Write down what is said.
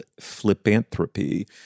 Flipanthropy